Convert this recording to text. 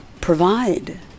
provide